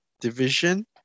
division